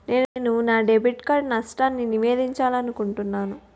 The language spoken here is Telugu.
నేను నా డెబిట్ కార్డ్ నష్టాన్ని నివేదించాలనుకుంటున్నాను